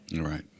Right